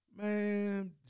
man